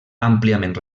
àmpliament